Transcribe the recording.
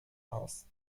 aus